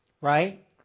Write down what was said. right